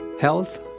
health